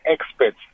experts